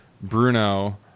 Bruno